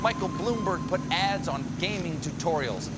michael bloomberg put ads on gaming tutorials.